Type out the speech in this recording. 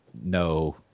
No